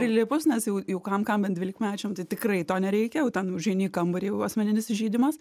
prilipus nes jau jau kam kam bet dvylikmečiam tai tikrai to nereikia jau ten užeini į kambarį jau asmeninis įžeidimas